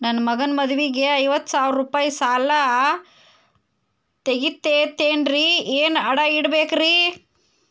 ನನ್ನ ಮಗನ ಮದುವಿಗೆ ಐವತ್ತು ಸಾವಿರ ರೂಪಾಯಿ ಸಾಲ ಸಿಗತೈತೇನ್ರೇ ಏನ್ ಅಡ ಇಡಬೇಕ್ರಿ?